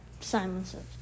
silences